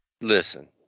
Listen